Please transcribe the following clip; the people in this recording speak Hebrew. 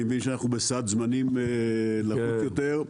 אני מבין שאנחנו בסד זמנים לחוץ יותר.